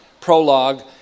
prologue